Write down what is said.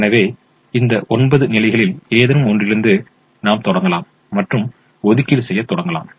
எனவே இந்த ஒன்பது நிலைகளில் ஏதேனும் ஒன்றிலிருந்து நாம் தொடங்கலாம் மற்றும் ஒதுக்கீடு செய்யத் தொடங்கலாம்